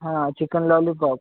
हा chicken lollipop